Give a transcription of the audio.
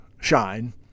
shine